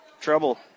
trouble